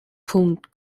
punkt